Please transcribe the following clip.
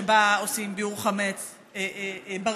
שבה עושים ביעור חמץ ברחוב,